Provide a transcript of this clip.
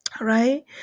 right